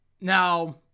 Now